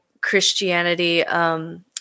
Christianity –